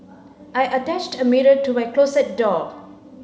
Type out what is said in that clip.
I attached a mirror to my closet door